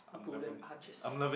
Golden Arches